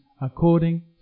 according